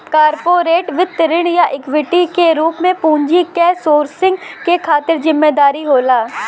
corporate वित्त ऋण या इक्विटी के रूप में पूंजी क सोर्सिंग के खातिर जिम्मेदार होला